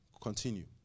Continue